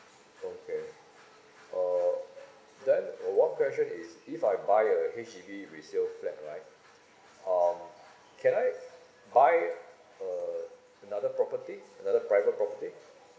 okay uh then one question is if I buy a H_D_B resale flat right um can I buy uh another property another private property